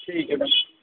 ठीक ऐ